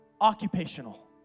occupational